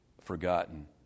forgotten